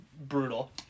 brutal